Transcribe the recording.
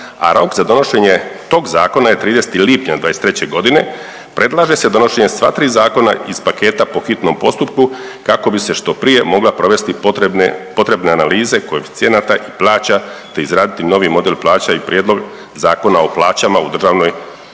a rok za donošenje tog zakona je 30. lipnja '23. g., predlaže se donošenje sva tri zakona iz paketa po hitnom postupku, kako bi se što prije mogla provesti potrebne analize koeficijenata i plaća te izraditi novi model plaća i prijedlog zakona o plaćama u državnoj